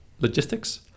logistics